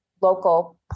local